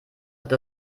hat